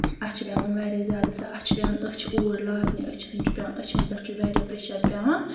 اَتھ چھِ پیٚوان واریاہ زیادٕ سۄ اَتھ چھِ پیٚوان أچھۍ اوٗرۍ لاگنہِ أچھَن چھُ پیٚوان أچھَن پؠٹھ چھُ واریاہ پریٚشَر پیٚوان